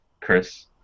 Chris